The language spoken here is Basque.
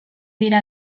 dira